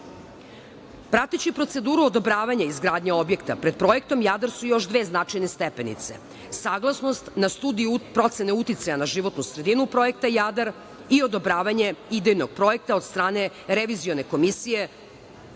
pitanja. Prateći proceduru odobravanja izgradnje objekta, pred Projektom „Jadar“ su još dve značajne stepenice – saglasnost na Studiju procene uticaja na životnu sredinu Projekta „Jadar“ i odobravanje idejnog projekta od strane revizione komisije.